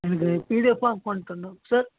எனக்கு பிடிஎஃபாக பண்ணிதரணும் சார்